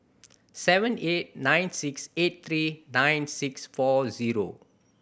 seven eight nine six eight three nine six four zero